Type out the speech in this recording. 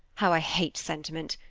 how i hate sentiment!